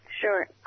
Sure